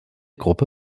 gruppe